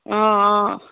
অঁ অঁ